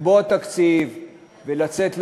לקבוע תקציב ולצאת לדרך.